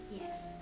Yes